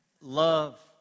Love